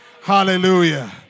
Hallelujah